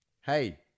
Hey